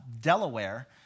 Delaware